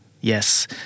Yes